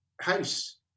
house